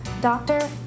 Doctor